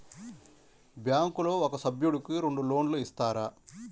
బ్యాంకులో ఒక సభ్యుడకు రెండు లోన్లు ఇస్తారా?